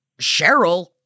Cheryl